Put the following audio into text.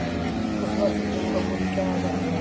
इस वर्ष गेहूँ का मूल्य क्या रहेगा?